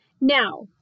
Now